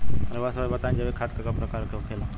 रउआ सभे बताई जैविक खाद क प्रकार के होखेला?